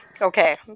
okay